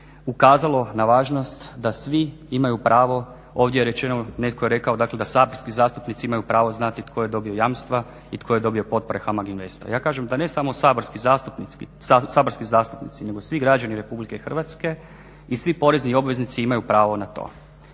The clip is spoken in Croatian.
ukazalo na važnost da svi imaju pravo ovdje je rečeno netko je rekao da saborski zastupnici imaju pravo znati tko je dobio jamstva i tko je dobio potpore HAMAG INVEST-a. ja kažem da ne samo saborski zastupnici nego svih građani RH i svi porezni obveznici imaju pravo na to.